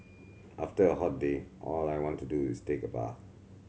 after a hot day all I want to do is take a bath